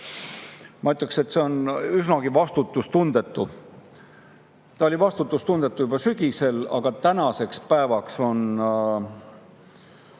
Ma ütleksin, et see on üsnagi vastutustundetu. See oli vastutustundetu juba sügisel, aga tänaseks päevaks on